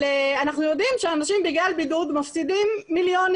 אבל אנחנו יודעים שבגלל בידוד אנשים מפסידים מיליונים